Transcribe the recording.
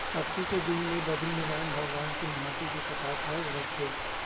अक्ती के दिन ले बदरीनरायन भगवान के मुहाटी के कपाट उघरथे